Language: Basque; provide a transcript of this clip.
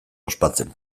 ospatzen